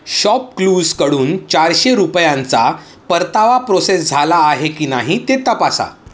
शॉपक्लूजकडून चारशे रुपयांचा परतावा प्रोसेस झाला आहे की नाही ते तपासा